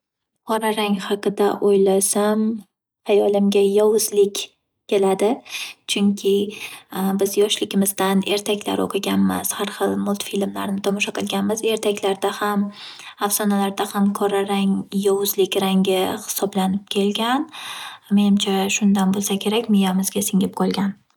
Qora rang haqida o'ylasam hayolimga yovuzlik keladi. Chunki biz yoshligimizdan ertaklar o'qiganmiz, har hil multifilmlarni tomosha qilganmiz. Ertaklarda ham afsonalarda ham qora rang yovuzlik rangi hisoblanib kelgan. Menimcha, shundan bo'lsa kerak miyamizga singib qolgan.